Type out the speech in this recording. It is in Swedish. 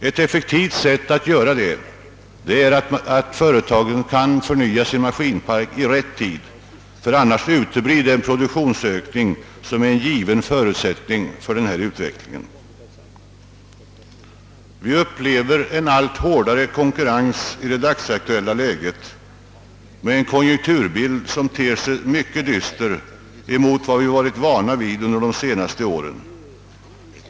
Ett effektivt sätt att underlätta detta är att ge företagen möjlighet att förnya sin maskinpark i rätt tid; annars uteblir nämligen den produktionsökning som är en given förutsättning för denna välståndsutveckling. Vi upplever en allt hårdare konkurrens i det dagsaktuella läget, med en konjunkturbild som ter sig mycket dyster i jämförelse med vad vi varit vana vid under de senaste åren.